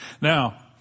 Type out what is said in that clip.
Now